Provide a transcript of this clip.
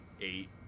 eight